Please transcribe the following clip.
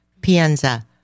Pienza